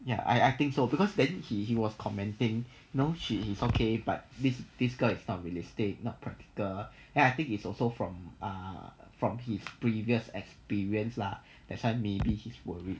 ya I think so because then he was commenting no she is okay but with this girl not realistic not practical then I think it's also from err from his previous experience lah that's why maybe his worry